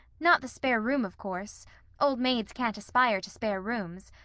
not the spare room, of course old maids can't aspire to spare rooms,